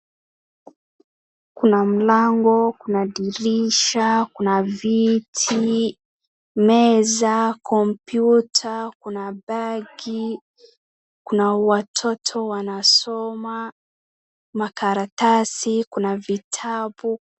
Kuna mlango Kuna dirisha Kuna viti meza computer Kuna bagi Kuna watoto wanasoma makaratasi Kuna vitabu